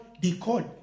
decode